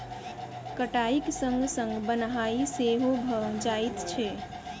कटाइक संग संग बन्हाइ सेहो भ जाइत छै